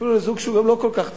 אפילו לזוג שהוא לא כל כך צעיר,